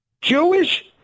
Jewish